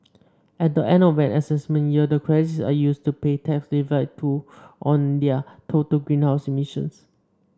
at the end of an assessment year the credits are used to pay tax levied to on their total greenhouse emissions